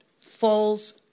falls